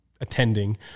attending